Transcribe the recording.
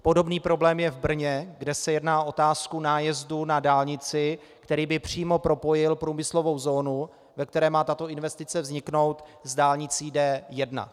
Podobný problém je v Brně, kde se jedná o otázku nájezdu na dálnici, který by přímo propojil průmyslovou zónu, ve které má tato investice vzniknout, s dálnicí D1.